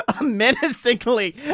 menacingly